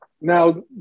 now